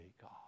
God